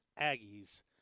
Aggies